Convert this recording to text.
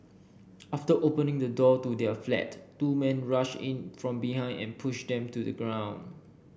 after opening the door to their flat two men rushed in from behind and pushed them to the ground